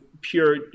pure